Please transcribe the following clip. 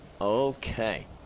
Okay